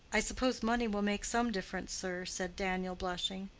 i suppose money will make some difference, sir, said daniel blushing.